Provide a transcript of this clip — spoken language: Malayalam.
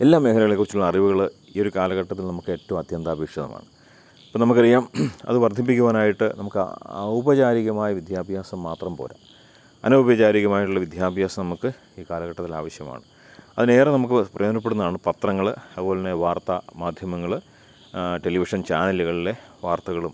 എല്ലാ മേഖലകളെക്കുറിച്ചുള്ള അറിവുകൾ ഈയൊരു കാലഘട്ടത്തിൽ നമുക്ക് ഏറ്റവും അത്യന്താപേക്ഷിതമാണ് ഇപ്പം നമുക്കറിയാം അത് വർധിപ്പിക്കുവാനായിട്ട് നമുക്ക് ഔപചാരികമായ വിദ്യാഭ്യാസം മാത്രം പോരാ അനൗപചാരികമായിട്ടുള്ള വിദ്യാഭ്യാസം നമുക്ക് ഈ കാലഘട്ടത്തിൽ ആവശ്യമാണ് അതിന് ഏറെ നമുക്ക് പ്രയോജനപ്പെടുന്നതാണ് പത്രങ്ങൾ അതുപോലെത്തന്നെ വാർത്താ മാധ്യമങ്ങൾ ടെലിവിഷൻ ചാനലുകളിലെ വാർത്തകളും